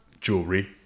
Jewelry